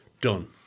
done